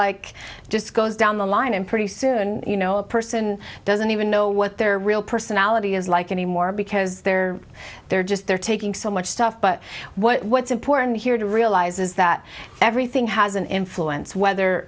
like just goes down the line and pretty soon no a person doesn't even know what their real personality is like anymore because they're they're just they're taking so much stuff but what's important here to realize is that everything has an influence whether